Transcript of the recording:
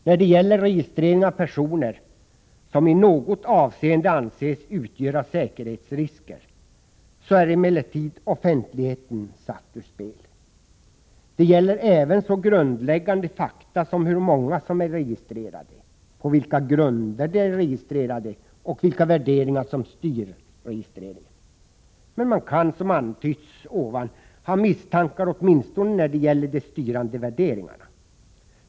När det gäller registrering av personer som i något avseende anses utgöra säkerhetsrisker, är emellertid offentligheten satt ur spel. Det gäller även så grundläggande fakta som hur många som är registrerade, på vilka grunder de är registrerade och vilka värderingar som styr registreringen. Men man kan, som antytts, ha misstankar åtminstone när det gäller de styrande värderingarna.